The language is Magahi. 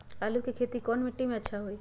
आलु के खेती कौन मिट्टी में अच्छा होइ?